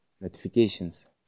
notifications